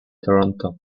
toronto